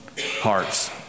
hearts